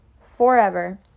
forever